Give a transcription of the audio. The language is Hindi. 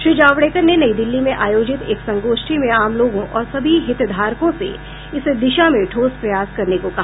श्री जावड़ेकर ने नई दिल्ली में आयोजित एक संगोष्ठी में आम लोगों और सभी हितधारकों से इस दिशा में ठोस प्रयास करने को कहा